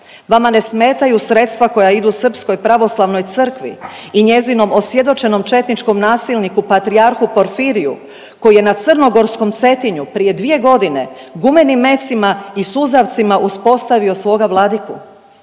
Vama ne smetaju sredstva koja idu srpskoj pravoslavnoj crkvi i njezinom osvjedočenom četničkom nasilniku patrijarhu Porfiriju koji je na crnogorskom Cetinju prije dvije godine gumenim mecima i suzavcima uspostavio svoga vladiku.